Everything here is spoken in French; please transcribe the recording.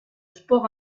sport